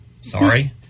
sorry